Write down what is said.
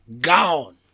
Gone